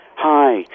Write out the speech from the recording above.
Hi